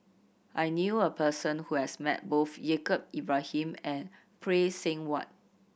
I knew a person who has met both Yaacob Ibrahim and Phay Seng Whatt